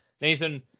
Nathan